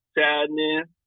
sadness